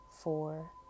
four